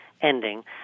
ending